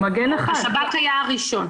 השב"כ היה הראשון.